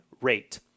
rate